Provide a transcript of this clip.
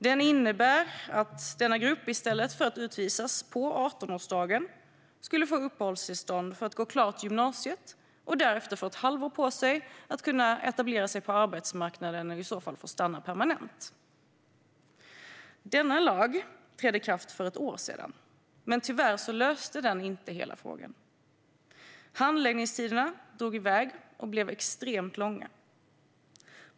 Den innebär att denna grupp i stället för att utvisas på 18-årsdagen skulle få uppehållstillstånd för att gå klart gymnasiet och därefter få ett halvår på sig att etablera sig på arbetsmarknaden och i så fall få stanna permanent. Denna lag trädde i kraft för ett år sedan, men tyvärr löste den inte hela frågan. Handläggningstiderna drog iväg och blev extremt långa.